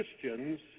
Christians